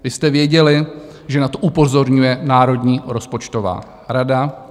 Vy jste věděli, že na to upozorňuje Národní rozpočtová rada.